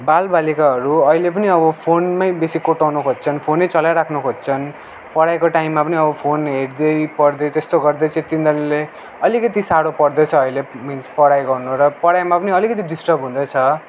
बालबालिकाहरू अहिले पनि अब फोनमै बेसी कोट्याउनु खोज्छन् फोनै चलाइराख्नु खोज्छन् पढाइको टाइममा पनि अब फोन हेर्दै पढ्दै त्यस्तो गर्दै चाहिँ तिनीहरूलाई अलिकति साह्रो पर्दैछ अहिले मिन्स पढाइ गर्न र पढाइमा पनि अलिकति डिस्टर्ब हुँदैछ